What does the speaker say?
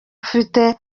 ufite